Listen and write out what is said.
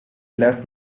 less